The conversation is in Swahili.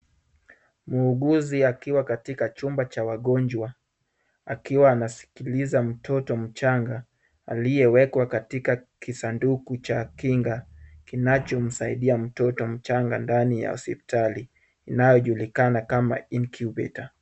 Muuguzi akiwa katika chumba cha wagonjwa akiwa anaskiliza mtoto mchanga aliyewekwa katika kisanduku cha kinga kinachomsaidia mtoto mchanga ndani ya hospitali inayojulikana kama incubator .